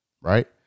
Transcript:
Right